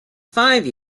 five